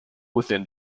within